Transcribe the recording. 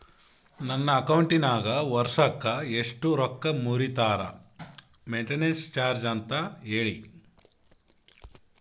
ನನ್ನ ಅಕೌಂಟಿನಾಗ ವರ್ಷಕ್ಕ ಎಷ್ಟು ರೊಕ್ಕ ಮುರಿತಾರ ಮೆಂಟೇನೆನ್ಸ್ ಚಾರ್ಜ್ ಅಂತ ಹೇಳಿ?